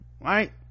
Right